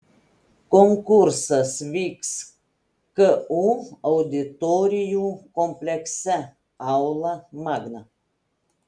konkursas vyks ku auditorijų komplekse aula magna